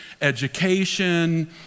education